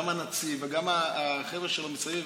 גם הנציב וגם החבר'ה שלו מסביב,